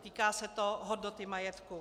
Týká se to hodnoty majetku.